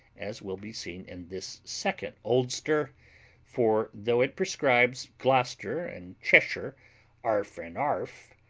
as will be seen in this second oldster for though it prescribes gloucester and cheshire arf-and-'arf,